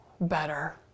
better